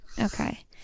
Okay